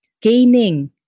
gaining